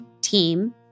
team